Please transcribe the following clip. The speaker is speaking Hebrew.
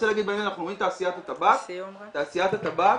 בעניין תעשיית הטבק,